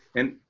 and.